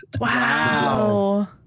Wow